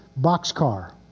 boxcar